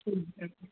ਠੀਕ ਆ ਜੀ